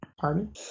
Pardon